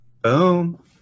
boom